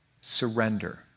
surrender